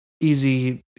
easy